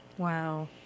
Wow